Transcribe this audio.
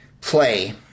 play